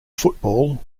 football